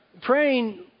Praying